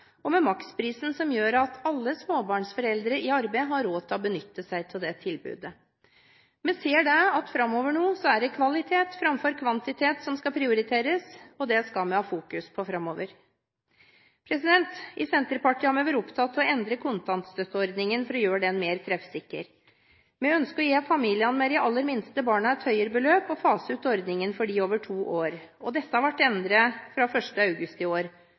og med maksprisen, som gjør at alle småbarnsforeldre i arbeid har råd til å benytte seg av det tilbudet. Vi ser at framover nå så er det kvalitet framfor kvantitet som skal prioriteres, og det skal vi fokusere på framover. I Senterpartiet har vi vært opptatt av å endre kontantstøtteordningen for å gjøre den mer treffsikker. Vi ønsker å gi familiene med de aller minste barna et høyere beløp og fase ut ordningen for dem over to år. Reglene ble endret fra 1. august i år.